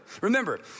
Remember